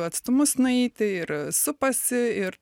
atstumus nueiti ir supasi ir